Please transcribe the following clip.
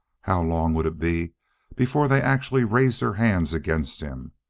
how long would it be before they actually raised their hands against him?